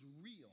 real